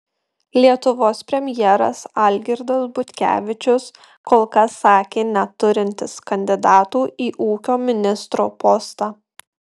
lietuvos premjeras algirdas butkevičius kol kas sakė neturintis kandidatų į ūkio ministro postą